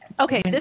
Okay